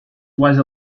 was